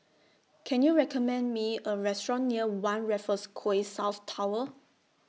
Can YOU recommend Me A Restaurant near one Raffles Quay South Tower